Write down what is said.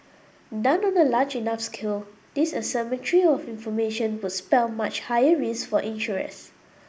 done on a large enough scale this asymmetry of information would spell much higher risk for insurers